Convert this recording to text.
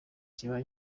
kiba